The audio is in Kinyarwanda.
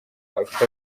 afite